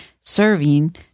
serving